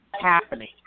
Happening